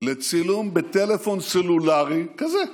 לצילום בטלפון סלולרי, כזה,